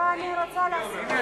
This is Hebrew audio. לא, אני רוצה להסיר.